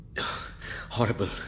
horrible